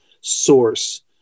source